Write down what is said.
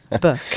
book